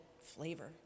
flavor